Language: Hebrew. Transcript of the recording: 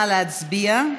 נא להצביע.